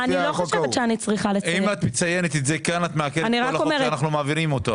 אם את מציינת את זה כאן את מעקרת את כל החוק שאנחנו מעבירים עכשיו.